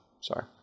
Sorry